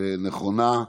נכונה.